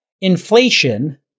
inflation